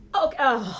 Okay